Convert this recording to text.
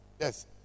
Yes